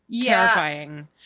Terrifying